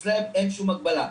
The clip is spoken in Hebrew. בעוד אצלם אין שום הגבלה.